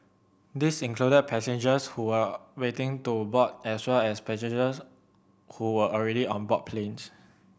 these included passengers who were waiting to board as well as passengers who were already on board planes